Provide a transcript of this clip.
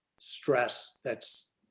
stress—that's